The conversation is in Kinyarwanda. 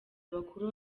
abakuru